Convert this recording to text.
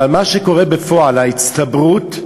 אבל מה שקורה בפועל, הצטברות,